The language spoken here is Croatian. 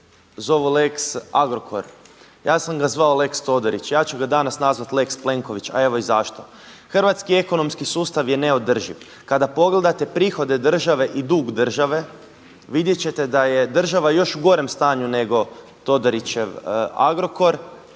zovu Lex Agrokor, ja sam ga zvao lex Todorić, ja ću ga danas nazvati lex Plenković, a evo i zašto. Hrvatski ekonomski sustav je neodrživ, kada pogledate prihode države i dug države vidjet ćete da je država još u gorem stanju nego Todorićev Agrokor